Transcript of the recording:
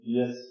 yes